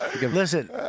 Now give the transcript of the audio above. Listen